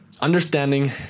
Understanding